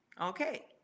okay